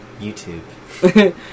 YouTube